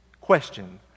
Question